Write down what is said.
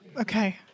Okay